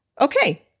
Okay